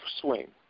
swing